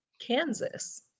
Kansas